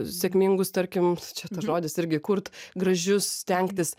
sėkmingus tarkim čia tas žodis irgi kurt gražius stengtis